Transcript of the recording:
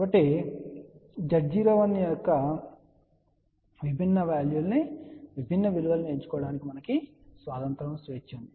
కాబట్టి Z01 యొక్క విభిన్న విలువలను ఎంచుకోవడానికి మీకు స్వేచ్ఛ ఉంది